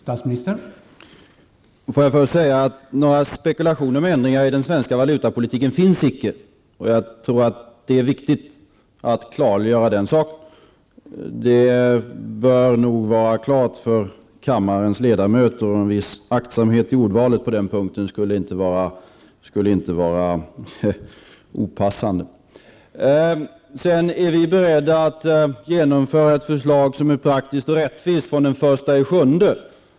Herr talman! Får jag först säga att det icke finns några spekulationer om ändringar i den svenska valutapolitiken. Det är viktigt att klargöra den saken. Det bör nog vara klart för kammarens ledamöter, och en viss aktsamhet i ordvalet på den punkten skulle inte vara opassande. Ian Wachtmeister frågar sedan om vi är beredda att införa ett förslag som är praktiskt och rättvist senast den 1 juli.